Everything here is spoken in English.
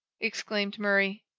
exclaimed murray.